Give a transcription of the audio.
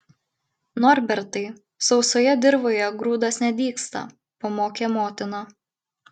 norbertai sausojoje dirvoje grūdas nedygsta pamokė motina